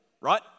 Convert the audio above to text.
right